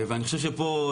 ואני חושב שפה,